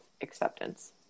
acceptance